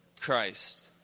Christ